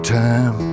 time